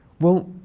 well,